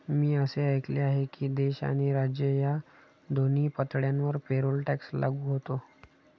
मी असे ऐकले आहे की देश आणि राज्य या दोन्ही पातळ्यांवर पेरोल टॅक्स लागू होतो